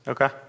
Okay